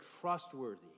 trustworthy